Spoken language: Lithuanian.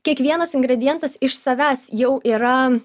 kiekvienas ingredientas iš savęs jau yra